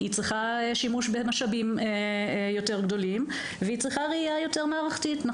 שהיא צריכה שימוש במשאבים יותר גדולים ושהיא צריכה ראייה יותר מערכתית.